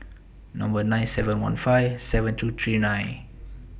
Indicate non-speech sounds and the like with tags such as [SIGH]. [NOISE] Number nine seven one five seven two three nine